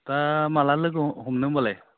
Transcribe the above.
दा माला लोगो हमनो होमब्लालाय